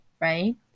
right